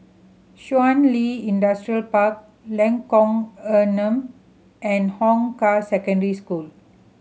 Shun Li Industrial Park Lengkong Enam and Hong Kah Secondary School